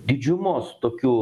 didžiumos tokių